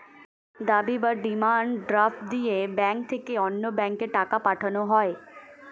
দাবি বা demand draft দিয়ে ব্যাংক থেকে অন্য ব্যাংকে টাকা পাঠানো হয়